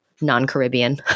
non-Caribbean